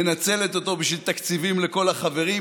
מנצלת אותו היום בשביל תקציבים לכל החברים,